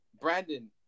Brandon